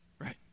right